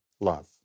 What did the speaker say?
love